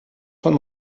von